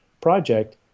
project